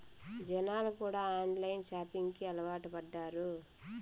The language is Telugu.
జనాలు కూడా ఆన్లైన్ షాపింగ్ కి అలవాటు పడ్డారు